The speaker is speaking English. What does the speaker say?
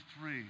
three